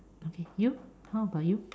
okay you how about you